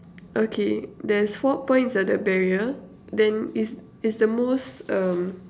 okay there's four points at the barrier then is is the most um